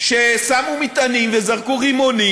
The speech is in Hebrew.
ששמו מטענים וזרקו רימונים.